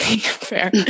Fair